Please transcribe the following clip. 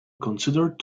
considered